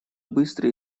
быстро